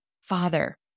Father